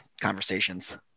conversations